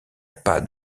pas